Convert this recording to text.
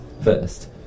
first